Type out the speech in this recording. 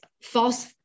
false